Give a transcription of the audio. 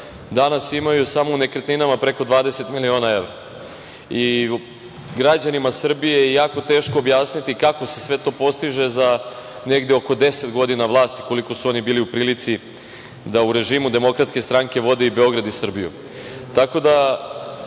danas imaju samo u nekretninama preko 20 miliona evra. Građanima Srbije je jako teško objasniti kako se sve to postiže za negde oko 10 godina vlasti, koliko su oni bili u prilici da u režimu DS vode i Beograd i Srbiju. Tako da,